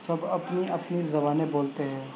سب اپنی اپنی زبانیں بولتے ہے